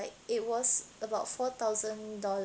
like it was about four thousand dollars